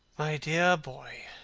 my dear boy,